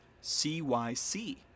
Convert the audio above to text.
C-Y-C